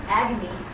agony